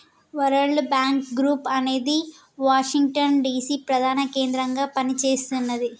world bank group అనేది Washington DC ప్రధాన కేంద్రంగా పనిచేస్తున్నది